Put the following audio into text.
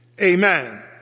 Amen